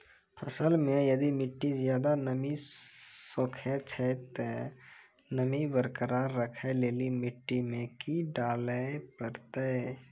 फसल मे यदि मिट्टी ज्यादा नमी सोखे छै ते नमी बरकरार रखे लेली मिट्टी मे की डाले परतै?